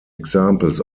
examples